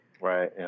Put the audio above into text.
right